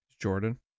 Jordan